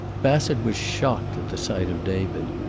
bassett was shocked at the sight of david,